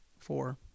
Four